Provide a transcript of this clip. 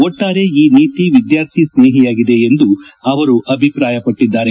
ಒಟ್ಟಾರೆ ಈ ನೀತಿ ವಿದ್ಯಾರ್ಥಿ ಸ್ನೇಹಿಯಾಗಿದೆ ಎಂದು ಅಭಿಪ್ರಾಯಪಟ್ಟಿದ್ದಾರೆ